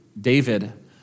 David